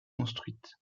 construite